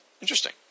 Interesting